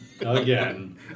again